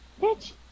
Bitch